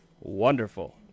Wonderful